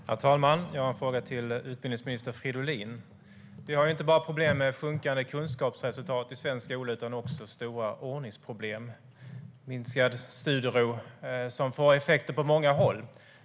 Herr talman! Jag har en fråga till utbildningsminister Fridolin. Vi har problem inte bara med sjunkande kunskapsresultat i svensk skola utan också med stora ordningsproblem och minskad studiero som får effekter på många håll.